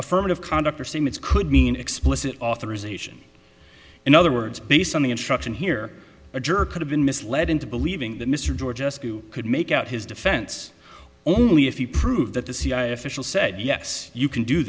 statements could mean explicit authorization in other words based on the instruction here a jerk could have been misled into believing that mr georgescu could make out his defense only if you prove that the cia official said yes you can do